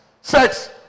sex